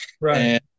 Right